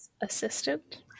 assistant